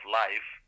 life